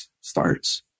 starts